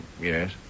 Yes